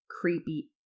creepy